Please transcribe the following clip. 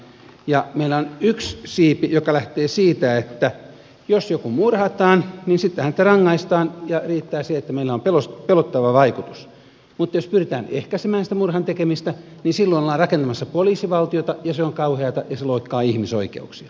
meillä on yksi siipi joka lähtee siitä että jos joku murhataan niin sitten häntä rangaistaan ja riittää että sillä on pelottava vaikutus mutta jos pyritään ehkäisemään sitä murhan tekemistä niin silloin ollaan rakentamassa poliisivaltiota ja se on kauheata ja se loukkaa ihmisoikeuksia